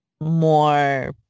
more